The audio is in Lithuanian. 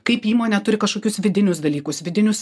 kaip įmonė turi kažkokius vidinius dalykus vidinius